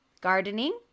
Gardening